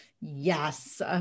Yes